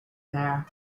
here